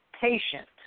patient